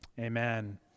Amen